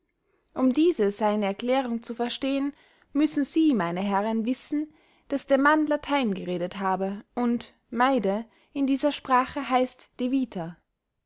um diese seine erklärung zu verstehen müssen sie meine herren wissen daß der mann latein geredet habe und meide in dieser sprache heisse devita